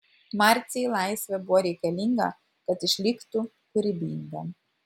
marcei laisvė buvo reikalinga kad išliktų kūrybinga